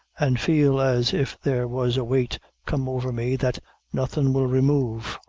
an' feel as if there was a weight come over me that nothing will remove,